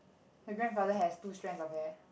your grandfather has two strands of hair